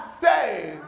saved